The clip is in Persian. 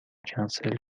کنسل